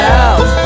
out